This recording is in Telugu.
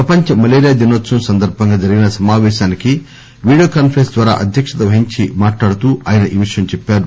ప్రపంచ మలేరియా దినోత్సవం సందర్భంగా జరిగిన సమాపేశానికి విడియోకాన్ఫరెన్స్ ద్వారా అధ్యక్షత వహించి మాట్లాడుతూ ఆయన ఈ విషయం చెప్పారు